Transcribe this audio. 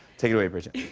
take it away, bridget.